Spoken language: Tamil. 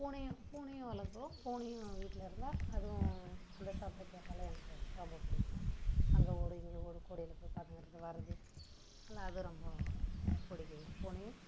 பூனையும் பூனையும் வளர்க்குறோம் பூனையும் வீட்டில் இருந்தால் அதுவும் அந்த சத்தம் கேட்டாலே எனக்கு ரொம்ப பிடிக்கும் அங்கே ஓடு இங்கே ஓடு கூடையில் போய் பதுங்குறது வர்றது அதனால் அது ரொம்ப பிடிக்கும் பூனையும்